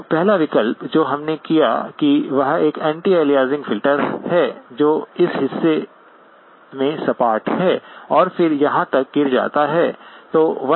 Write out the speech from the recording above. अब पहला विकल्प जो हमने किया है वह एक एंटी अलियासिंग फिल्टर है जो इस हिस्से में सपाट है और फिर यहाँ तक गिर जाता है